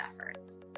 efforts